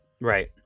right